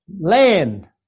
land